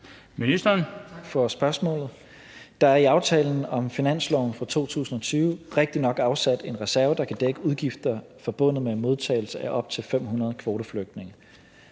Tesfaye): Tak for spørgsmålet. Der er i aftalen om finansloven for 2020 rigtigt nok afsat en reserve, der kan dække udgifter forbundet med modtagelse af op til 500 kvoteflygtninge.